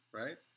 right